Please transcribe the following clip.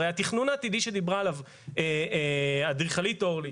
הרי התכנון העתידי שדיברה עליו האדריכלית אורלי,